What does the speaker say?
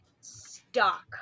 stuck